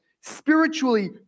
spiritually